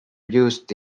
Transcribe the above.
used